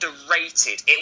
underrated